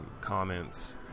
comments